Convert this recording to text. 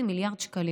מיושם.